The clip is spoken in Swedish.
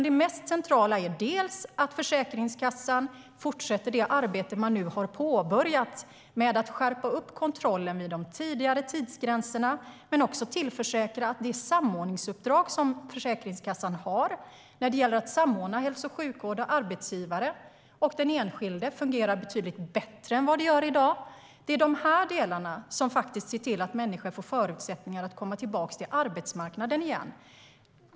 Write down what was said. Det mest centrala är dels att Försäkringskassan fortsätter det arbete man nu har påbörjat för att skärpa upp kontrollen vid de tidigare tidsgränserna, dels att tillförsäkra att det uppdrag som Försäkringskassan har när det gäller att samordna hälso och sjukvård, arbetsgivare och den enskilde fungerar betydligt bättre än i dag. Det är de här delarna som ser till att människor får förutsättningar att komma tillbaka till arbetsmarknaden igen.